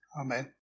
Amen